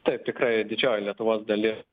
taip tikrai didžioji lietuvos dali